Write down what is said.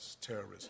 terrorism